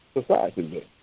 society